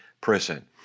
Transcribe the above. prison